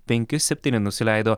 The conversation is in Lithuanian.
penki septyni nusileido